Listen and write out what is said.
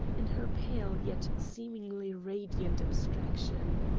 in her pale, yet seemingly radiant abstraction.